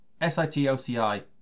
S-I-T-O-C-I